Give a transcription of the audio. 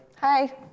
Hi